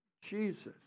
Jesus